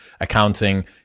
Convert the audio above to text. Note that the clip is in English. accounting